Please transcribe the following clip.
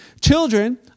Children